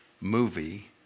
movie